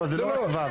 לא, זה לא רק ה- ו'.